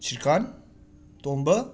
ꯁ꯭ꯔꯤꯀꯥꯟ ꯇꯣꯝꯕ